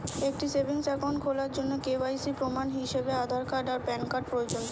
একটি savings account খোলার জন্য কে.ওয়াই.সি প্রমাণ হিসাবে আধার এবং প্যান কার্ড প্রয়োজন